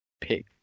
pick